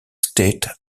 state